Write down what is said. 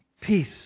Peace